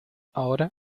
ahora